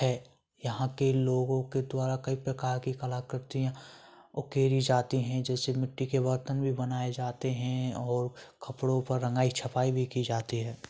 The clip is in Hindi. खै यहाँ के लोगों के द्वारा कई प्रकार की कलाकृतियाँ उकेरी जाती है जैसे मिट्टी के बर्तन भी बनाए जाते हैं और कपड़ों पर रंगाई छपाई भी की जाती है